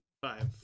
five